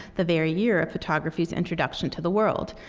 the very year of photography's introduction to the world.